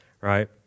right